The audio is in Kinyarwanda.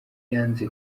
yanze